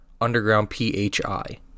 UndergroundPHI